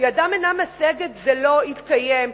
אינה משגת זה לא יתקיים,